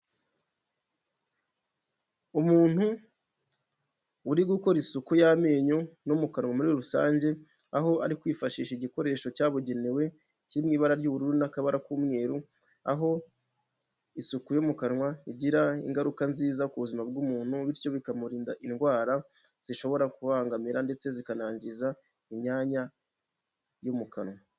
Umuntu uri gukora isuku y'amenyo no mu kanwa muri rusange aho ari kwifashisha igikoresho cyabugenewe kiri mw'ibara ry'ubururu n'akabara k'umweru ,aho isuku yo mu kanwa igira ingaruka nziza ku buzima bw'umuntu bityo bikamurinda indwara zishobora kubangamira ndetse zikanangiza imyanya yo mu kanwa.